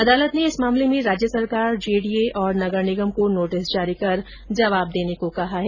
अदालत ने इस मामले में राज्य सरकार जेडीए और नगर निगम को नोटिस जारी कर जवाब देने को कहा है